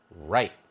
Right